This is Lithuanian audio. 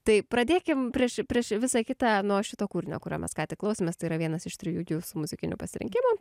tai pradėkim prieš prieš visą kitą nuo šito kūrinio kurio mes ką tik klausėmės tai yra vienas iš trijų jūsų muzikinių pasirinkimų